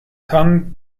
tung